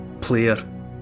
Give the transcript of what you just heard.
player